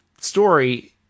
story